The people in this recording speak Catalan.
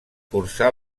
cursà